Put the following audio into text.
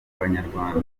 banyarwanda